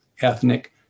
ethnic